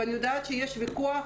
ואני יודעת שיש ויכוח,